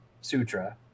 Sutra